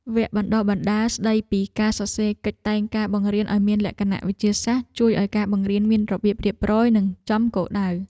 វគ្គបណ្តុះបណ្តាលស្តីពីការសរសេរកិច្ចតែងការបង្រៀនឱ្យមានលក្ខណៈវិទ្យាសាស្ត្រជួយឱ្យការបង្រៀនមានរបៀបរៀបរយនិងចំគោលដៅ។